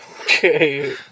Okay